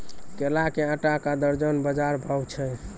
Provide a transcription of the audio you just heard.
केला के आटा का दर्जन बाजार भाव छ?